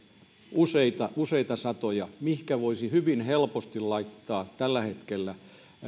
useita useita satoja mihinkä voisi hyvin helposti laittaa tällä hetkellä